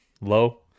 low